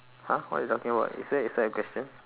!huh! what you talking about is that inside the question